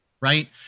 right